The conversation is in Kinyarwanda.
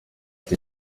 ati